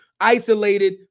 isolated